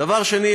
דבר שני,